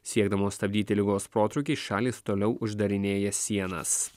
siekdamos stabdyti ligos protrūkį šalys toliau uždarinėja sienas